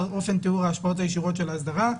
אופן תיאור ההשפעות הישירות של אסדרה.